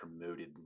promoted